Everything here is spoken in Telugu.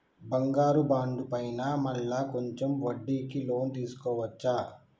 బంగారు బాండు పైన మళ్ళా కొంచెం వడ్డీకి లోన్ తీసుకోవచ్చా?